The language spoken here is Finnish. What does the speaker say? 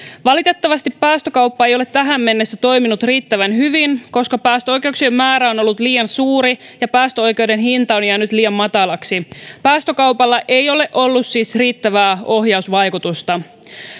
valitettavasti päästökauppa ei ole tähän mennessä toiminut riittävän hyvin koska päästöoikeuksien määrä on ollut liian suuri ja päästöoikeuden hinta on jäänyt liian matalaksi päästökaupalla ei ole ollut siis riittävää ohjausvaikutusta